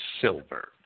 silver